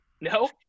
No